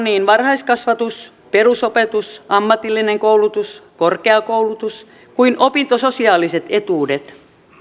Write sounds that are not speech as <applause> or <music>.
<unintelligible> niin varhaiskasvatus perusopetus ammatillinen koulutus korkeakoulutus kuin opintososiaaliset etuudet